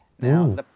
Now